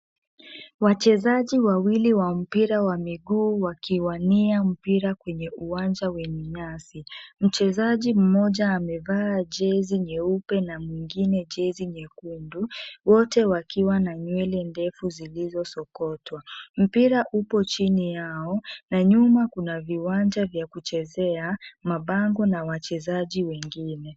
Wachezaji wawili wa mpira wa miguu wakiwania mpira kwenye uwanja wenye nyasi. Mchezaji mmoja amevaa jezi nyeupe na mwingine jezi nyekundu, wote wakiwa na nywele ndefu zilizosokotwa. Mpira upo chini yao na nyuma kuna viwanja vya kuchezea, mabango na wachezaji wengine.